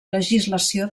legislació